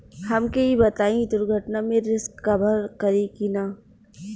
हमके ई बताईं दुर्घटना में रिस्क कभर करी कि ना?